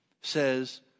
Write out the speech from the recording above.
says